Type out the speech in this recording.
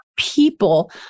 people